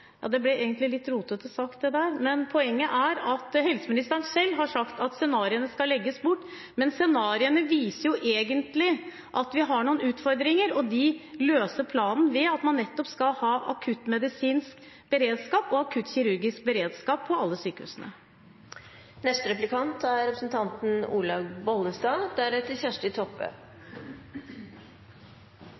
ble egentlig litt rotete sagt. Poenget er at helseministeren selv har sagt at scenarioene skal legges bort, men scenarioene viser egentlig at man har noen utfordringer, og de løser planen ved at man nettopp skal ha akuttmedisinsk beredskap og akuttkirurgisk beredskap på alle sykehusene. Regjeringspartiene, Kristelig Folkeparti og Venstre er